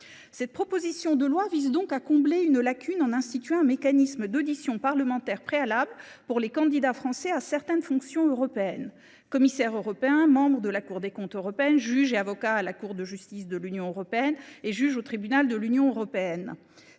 Cette proposition de loi vise ainsi à combler une lacune en instituant un mécanisme d’audition parlementaire préalable pour les candidats français à certaines fonctions européennes : commissaires européens, membres de la Cour des comptes européenne, juges et avocats à la Cour de justice de l’Union européenne et juges au tribunal de l’Union européenne.